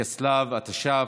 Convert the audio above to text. בכסלו התש"ף,